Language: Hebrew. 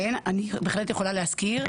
כן אני בהחלט יכולה להזכיר.